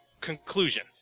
conclusion